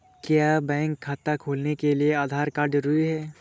क्या बैंक खाता खोलने के लिए आधार कार्ड जरूरी है?